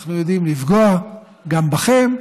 אנחנו יודעים לפגוע גם בכם,